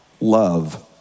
love